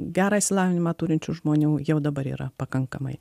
gerą išsilavinimą turinčių žmonių jau dabar yra pakankamai